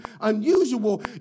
unusual